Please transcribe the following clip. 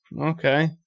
Okay